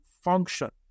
function